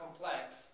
complex